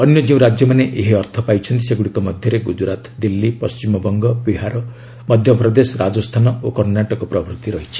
ଅନ୍ୟ ଯେଉଁ ରାକ୍ୟମାନେ ଏହି ଅର୍ଥ ପାଇଛନ୍ତି ସେଗୁଡ଼ିକ ମଧ୍ୟରେ ଗୁଜୁରାଟ ଦିଲ୍ଲୀ ପଶ୍ଚିମବଙ୍ଗ ବିହାର ମଧ୍ୟପ୍ରଦେଶ ରାଜସ୍ଥାନ ଓ କର୍ଣ୍ଣାଟକ ରହିଛି